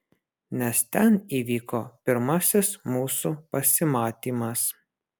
nes ten įvyko pirmasis mūsų pasimatymas